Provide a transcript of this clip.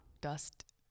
dust